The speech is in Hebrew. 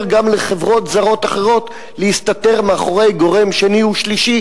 גם לחברות זרות אחרות להסתתר מאחורי גורם שני ושלישי,